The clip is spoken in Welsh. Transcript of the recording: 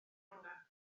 hwnna